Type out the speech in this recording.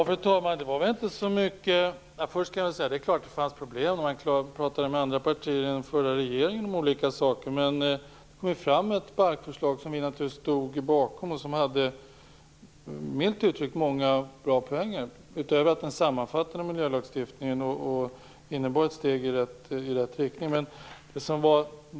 Fru talman! Det är klart att det fanns problem när man pratade med andra partier i den förra regeringen om olika saker. Men det kom fram ett balkförslag, som vi i Centern naturligtvis stod bakom. Det hade, milt uttryckt, många bra poänger utöver den sammanfattade miljölagstiftningen och innebar ett steg i rätt riktning. Gudrun Lindvall!